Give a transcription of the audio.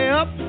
up